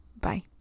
Bye